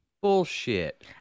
Bullshit